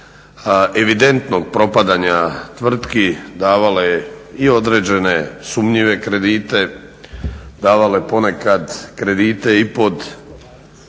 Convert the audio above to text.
evidentnog propadanja tvrtki davalo je i određene sumnjive kredite, davalo je ponekad kredite i pod